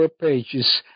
pages